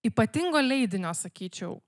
ypatingo leidinio sakyčiau